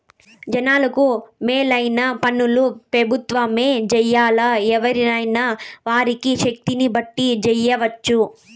జనాలకు మేలైన పన్లు పెబుత్వమే జెయ్యాల్లా, ఎవ్వురైనా వారి శక్తిని బట్టి జెయ్యెచ్చు